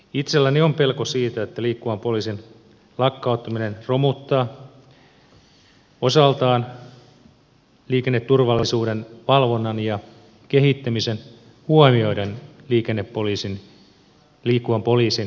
itselläni on pelko siitä että liikkuvan poliisin lakkauttaminen romuttaa osaltaan liikenneturvallisuuden valvonnan ja kehittämisen huomioiden liikkuvan poliisin toimintakyky ja tämänhetkinen osaaminen